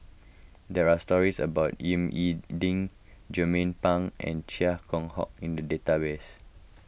there are stories about Ying E Ding Jernnine Pang and Chia Keng Hock in the database